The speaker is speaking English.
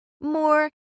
more